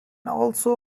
also